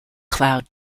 cloud